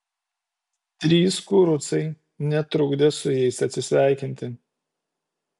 trys kurucai netrukdė su jais atsisveikinti